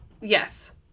Yes